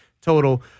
total